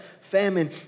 famine